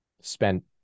spent